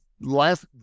last